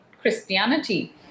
Christianity